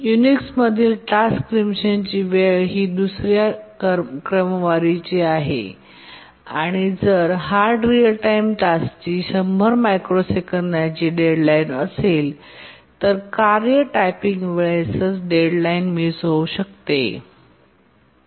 युनिक्समधील task प्रीमिप्शनची वेळ ही दुसरी क्रमवारीची आहे आणि जर हार्ड रीअल टाईम टास्कची 100 मायक्रोसेकंदची डेडलाईन असेल तर कार्य टायपिंग वेळेसच डेडलाइन मिस् होऊ शकते